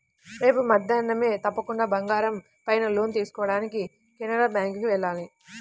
రేపు మద్దేన్నం తప్పకుండా బంగారం పైన లోన్ తీసుకోడానికి కెనరా బ్యేంకుకి వెళ్ళాలి